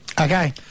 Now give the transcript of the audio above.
okay